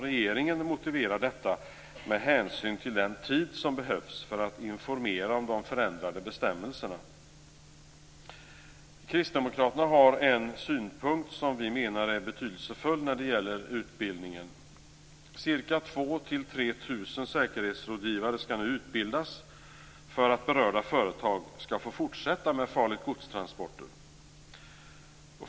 Regeringen motiverar detta med hänsyn till den tid som behövs för att informera om de förändrade bestämmelserna. Vi kristdemokrater har en synpunkt som vi menar är betydelsefull när det gäller utbildningen. Ca 2 000 3 000 säkerhetsrådgivare skall nu utbildas för att berörda företag skall få fortsätta med farligt-godstransporter.